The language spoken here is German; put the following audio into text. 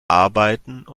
arbeiten